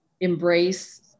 embrace